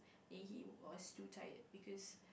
and he was too tired because